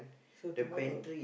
so tomorrow